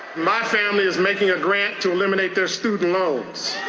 my family is making a grant to eliminate their student loans.